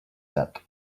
that